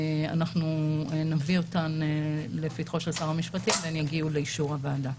אנחנו נביא אותן לפתחו של שר המשפטים והן יגיעו לאישור הוועדה.